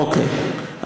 אוקיי,